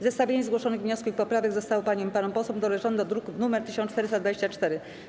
Zestawienie zgłoszonych wniosków i poprawek zostało paniom i panom posłom doręczone do druku nr 1424.